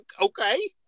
okay